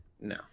No